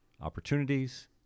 opportunities